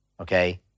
Okay